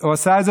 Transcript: הוא עשה את זה,